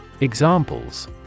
Examples